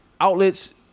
outlets